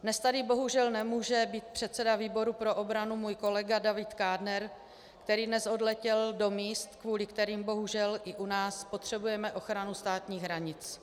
Dnes tady, bohužel, nemůže být předseda výboru pro obranu můj kolega David Kádner, který dnes odletěl do míst, kvůli kterým, bohužel, i u nás potřebujeme ochranu státních hranic.